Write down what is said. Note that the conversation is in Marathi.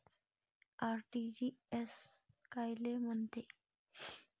आर.टी.जी.एस कायले म्हनते?